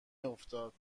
میافتد